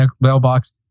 mailbox